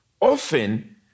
Often